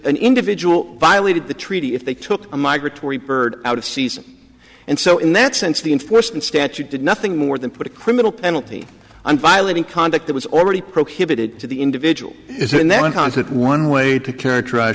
an individual violated the treaty if they took a migratory bird out of season and so in that sense the enforcement statute did nothing more than put a criminal penalty i'm violating conduct that was already prohibited to the individual is and then in concert one way to characterize